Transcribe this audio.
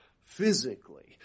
physically